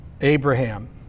Abraham